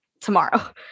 tomorrow